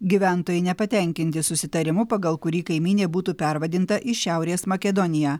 gyventojai nepatenkinti susitarimu pagal kurį kaimynė būtų pervadinta į šiaurės makedoniją